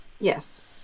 yes